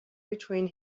between